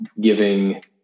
giving